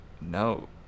no